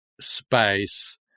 space